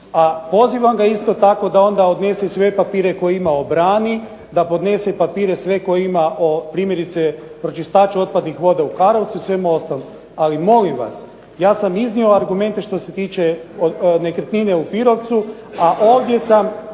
A pozivam ga isto tako da onda podnese sve papire koje je imao brani, da podnese papire sve koje ima o primjerice pročistaču otpadnih voda u Karlovcu i svemu ostalom. Ali molim vas, ja sam iznio argumente što se tiče nekretnine u Pirovcu, a ovdje se